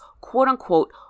quote-unquote